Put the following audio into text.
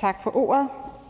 Tak for ordet.